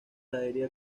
área